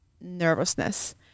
nervousness